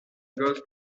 goes